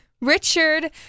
Richard